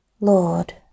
Lord